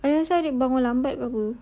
I rasa adik bangun lambat ke apa